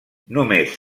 només